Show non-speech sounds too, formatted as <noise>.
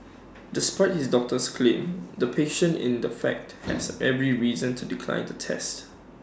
despite his doctor's claims the patient in the fact <noise> has every reason to decline the test